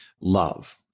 love